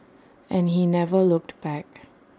and he never looked back